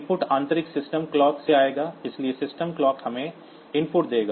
input आंतरिक system clock से आएगा इसलिए सिस्टम क्लॉक हमें इनपुट देगा